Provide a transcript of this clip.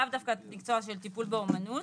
לאו דווקא מקצוע של טיפול באמנות,